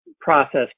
process